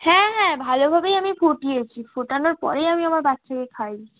হ্যাঁ হ্যাঁ ভালোভাবেই আমি ফুটিয়েছি ফোটানোর পরেই আমি আমার বাচ্চাকে খাইয়েছি